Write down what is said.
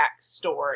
backstory